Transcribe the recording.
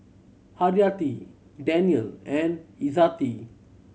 Haryati Daniel and Izzati